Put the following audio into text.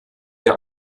der